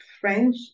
French